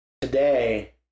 today